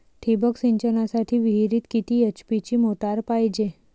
ठिबक सिंचनासाठी विहिरीत किती एच.पी ची मोटार पायजे?